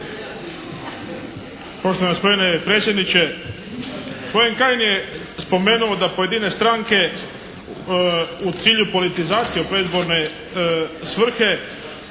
Poštovani gospodine predsjedniče. Gospodin Kajin je spomenuo da pojedine stranke u cilju politizacije u predizborne svrhe